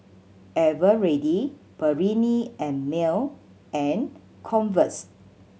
Eveready Perllini and Mel and Converse